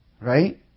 Right